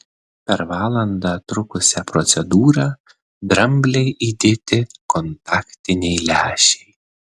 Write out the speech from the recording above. per valandą trukusią procedūrą dramblei įdėti kontaktiniai lęšiai